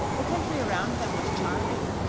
the country around them was charming,